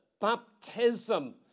baptism